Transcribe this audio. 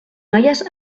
noies